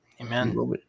Amen